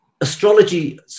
astrology